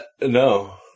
no